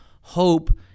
hope